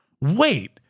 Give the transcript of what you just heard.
wait